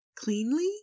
cleanly